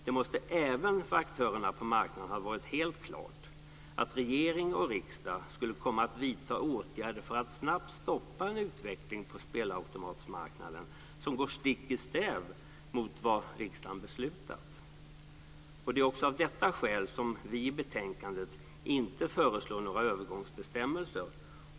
Det måste även för aktörerna på marknaden ha varit helt klart att regering och riksdag skulle komma att vidta åtgärder för att snabbt stoppa en utveckling på spelautomatsmarknaden som går stick i stäv med vad riksdagen beslutat. Det är också av detta skäl som vi i betänkandet inte föreslår några övergångsbestämmelser.